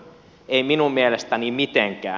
ei minun mielestäni mitenkään